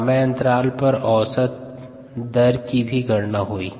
समयांतराल पर औसत दर की भी गणना हुई है